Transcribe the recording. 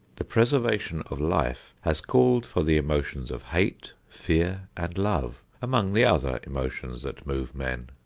the preservation of life has called for the emotions of hate, fear and love, among the other emotions that move men.